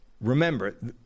remember